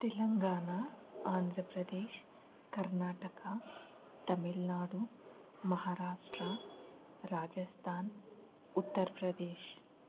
Telangana Andhra Pradesh Karnataka Tamil Nadu Maharashtra Rajasthan Uttar Pradesh